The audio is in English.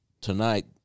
tonight